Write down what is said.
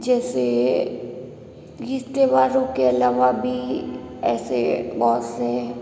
जैसे तीज त्योहारों के अलावा भी ऐसे बहुत से